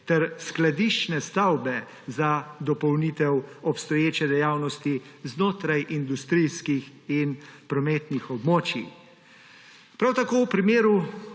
ter skladiščne stavbe za dopolnitev obstoječe dejavnosti znotraj industrijskih in prometnih območij. Prav tako v primeru